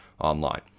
online